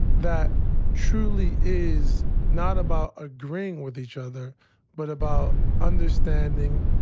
that truly is not about agreeing with each other but about understanding,